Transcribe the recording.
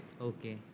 Okay